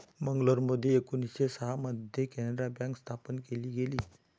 मंगलोरमध्ये एकोणीसशे सहा मध्ये कॅनारा बँक स्थापन केली गेली